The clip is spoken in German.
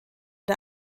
der